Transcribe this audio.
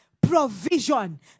provision